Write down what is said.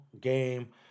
game